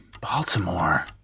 Baltimore